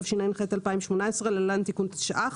התשע"ח-2018 (להלן, תיקון התשע"ח),